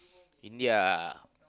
India ah